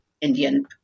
Indian